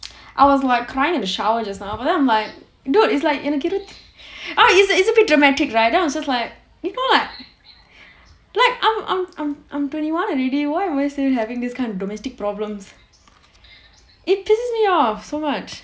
I was like crying in the shower just now but then I'm like dude is like is a dramatic right then I was just like you know like I'm I'm I'm I'm twenty one already why am I still having this kind of domestic problems it pisses me off so much